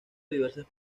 diversas